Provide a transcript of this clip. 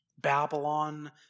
Babylon